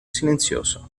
silenzioso